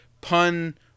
pun